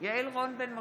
יעל רון בן משה,